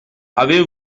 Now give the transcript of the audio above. avez